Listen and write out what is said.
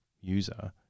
user